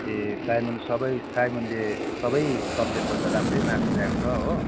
ए साइमनले सबै साइमनले सबै सब्जेक्टमा त राम्रै मार्क्स ल्याएको छ हो